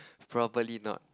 probably not